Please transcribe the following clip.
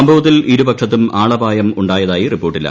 സംഭവത്തിൽ ഇരുപക്ഷത്തും ആളപായം ഉണ്ടായിരുത്തിയി റിപ്പോർട്ടില്ല